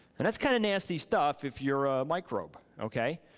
and that's kinda nasty stuff if you're a microbe, okay.